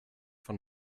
von